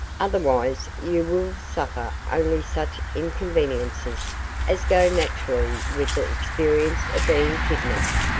otherwise you will suffer only such inconveniences as go naturally with the experience of being kidnapped.